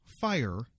Fire